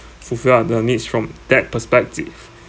fulfill up the needs from that perspective